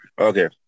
Okay